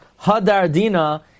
Hadardina